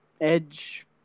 Edge